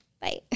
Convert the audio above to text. bye